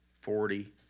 forty